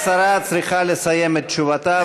השרה צריכה לסיים את תשובתה,